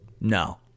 no